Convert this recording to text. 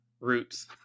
roots